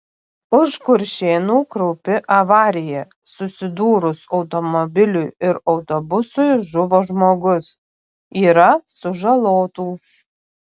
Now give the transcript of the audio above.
už kuršėnų kraupi avarija susidūrus automobiliui ir autobusui žuvo žmogus yra sužalotų